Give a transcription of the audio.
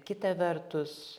kita vertus